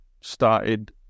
started